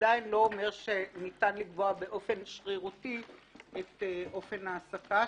עדיין לא אומר שניתן לקבוע באופן שרירותי את אופן ההעסקה,